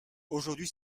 aujourd’hui